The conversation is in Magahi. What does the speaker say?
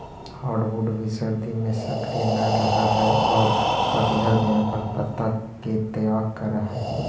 हार्डवुड भी सर्दि में सक्रिय न रहऽ हई औउर पतझड़ में अपन पत्ता के त्याग करऽ हई